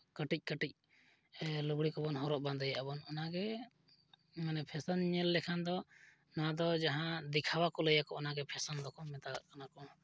ᱠᱟᱹᱴᱤᱡ ᱠᱟᱹᱴᱤᱡ ᱞᱩᱜᱽᱲᱤᱡ ᱠᱚᱵᱚᱱ ᱦᱚᱨᱚᱜ ᱵᱟᱸᱫᱮ ᱮᱫᱟᱵᱚᱱ ᱚᱱᱟᱜᱮ ᱢᱟᱱᱮ ᱯᱷᱮᱥᱮᱱ ᱧᱮᱞ ᱞᱮᱠᱷᱟᱱ ᱫᱚ ᱱᱚᱣᱟ ᱫᱚ ᱡᱟᱦᱟᱸ ᱫᱮᱠᱷᱟᱣ ᱟᱠᱚ ᱞᱟᱹᱭᱫᱚ ᱚᱱᱟᱜᱮ ᱯᱷᱮᱥᱮᱱ ᱫᱚᱠᱚ ᱢᱮᱛᱟᱣᱟᱜ ᱠᱟᱱᱟ ᱠᱚ